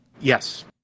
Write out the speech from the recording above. Yes